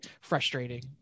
frustrating